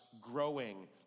growing